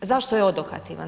Zašto je odokativan?